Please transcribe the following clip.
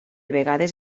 vegades